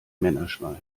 männerschweiß